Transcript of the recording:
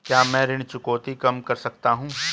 क्या मैं ऋण चुकौती कम कर सकता हूँ?